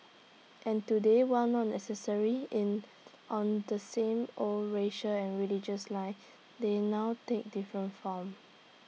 and today while not necessarily in on the same old racial and religious lines they now take different forms